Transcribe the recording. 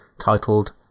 titled